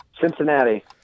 Cincinnati